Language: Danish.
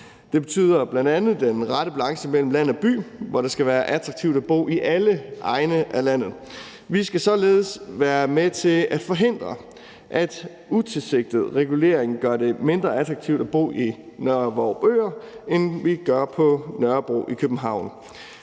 Det betyder bl.a. den rette balance mellem land og by, hvor det skal være attraktivt at bo i alle egne af landet. Vi skal således være med til at forhindre, at utilsigtet regulering gør det mindre attraktivt at bo i Nørre Vorupør end på Nørrebro i København.